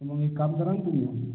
मग एक काम करा ना तुम्ही